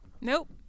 Nope